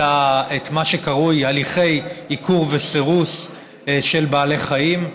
מה שקרוי הליכי עיקור וסירוס של בעלי חיים,